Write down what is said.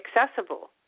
accessible